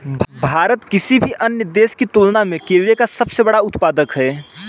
भारत किसी भी अन्य देश की तुलना में केले का सबसे बड़ा उत्पादक है